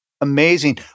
Amazing